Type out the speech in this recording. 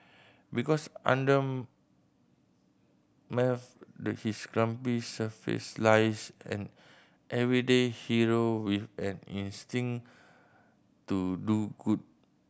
because his grumpy surface lies an everyday hero with an instinct to do good